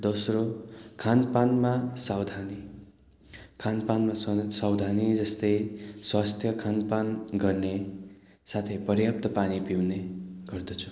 दोस्रो खानपानमा सावधानी खानपानमा सावधानी जस्तै स्वस्थ्य खानपान गर्ने साथै पर्याप्त पानी पिउने गर्दछु